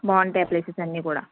బాగుంటాయి ఆ ప్లేసెస్ అన్నీ కూడా